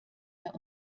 der